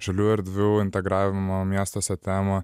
žaliųjų erdvių integravimo miestuose temą